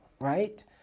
right